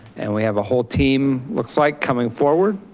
and we have a whole team looks like coming forward.